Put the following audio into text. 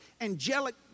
angelic